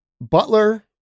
Butler